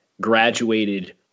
graduated